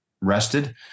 rested